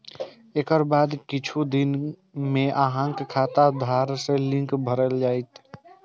एकर बाद किछु दिन मे अहांक खाता आधार सं लिंक भए जायत